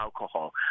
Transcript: alcohol